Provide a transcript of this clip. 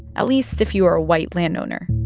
at least if you were a white landowner.